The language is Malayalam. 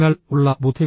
നിങ്ങൾ ഉള്ള ബുദ്ധി